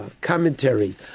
commentary